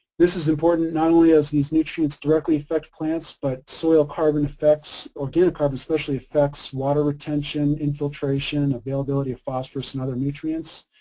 this is important not only as these nutrients directly affect plants but soil carbon affects, organic carbon especially affects water retention, infiltration, availability of phosphorus and other nutrients.